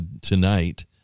tonight